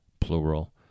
Plural